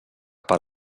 per